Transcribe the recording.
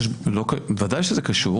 וודאי שזה קשור.